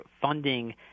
funding